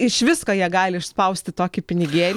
iš visko jie gali išspausti tokį pinigė